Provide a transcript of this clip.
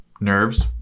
nerves